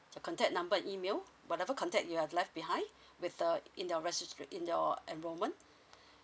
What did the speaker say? contact number email whatever contact you have left behind with uh in your registration in your enrolment